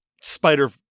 spider